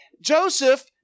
Joseph